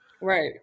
Right